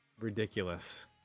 Ridiculous